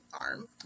arm